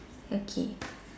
okay